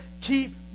keep